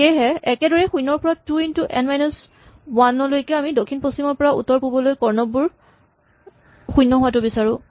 একেদৰেই শূণ্যৰ পৰা two into n minus one লৈকে আমি দক্ষিণ পশ্চিম ৰ পৰা উত্তৰ পূবলৈ কৰ্ণ বোৰ শূণ্য হোৱাটো বিচাৰো